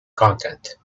content